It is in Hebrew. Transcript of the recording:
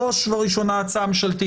מהרגע הראשון שעמדנו על נושא האומיקרון.